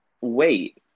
wait